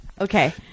Okay